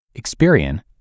Experian